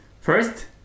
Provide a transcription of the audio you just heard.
First